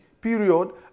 period